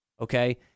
okay